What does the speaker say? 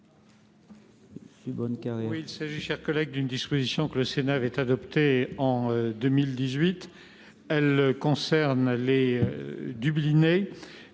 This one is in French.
Il s’agit, mes chers collègues, d’une disposition que le Sénat avait adoptée en 2018, qui concerne les « Dublinés